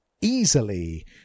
easily